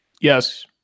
Yes